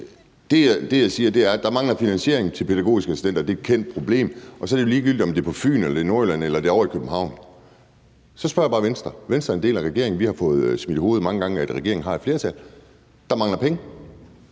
Det, jeg siger, er, at der mangler finansiering til pædagogiske assistenter, og det er et kendt problem. Så er det jo ligegyldigt, om det er på Fyn eller det er i Nordjylland eller det er ovre i København. Venstre er en del af regeringen, og vi har fået smidt i hovedet mange gange, at regeringen har et flertal. Der mangler penge,